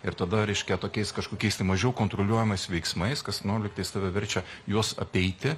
ir tada reiškia tokiais kažkokiais tai mažiau kontroliuojamais veiksmais kas nu lygtais tave verčia juos apeiti